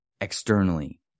externally